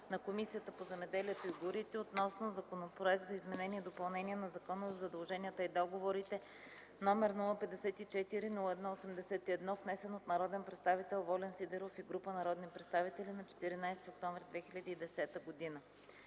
на Комисията по земеделието и горите относно Законопроект за изменение и допълнение на Закона за задълженията и договорите, № 054-01-81, внесен от народния представител Волен Сидеров и група народни представители на 14 октомври 2010 г.